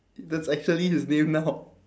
that's actually his name now